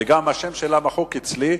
וגם השם שלה מחוק אצלי,